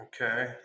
Okay